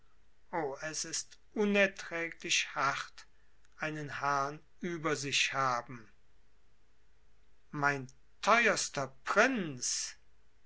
o es ist unerträglich hart einen herrn über sich haben mein teuerster prinz